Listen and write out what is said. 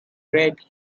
red